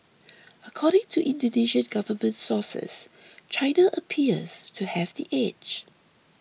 according to Indonesian government sources China appears to have the edge